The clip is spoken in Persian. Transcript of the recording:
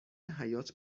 حیات